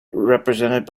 represented